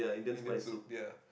Indian soup ya